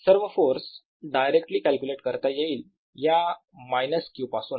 सर्व force directly calculate करता येईल या मायनस q पासून